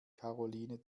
karoline